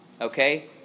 okay